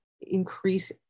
increase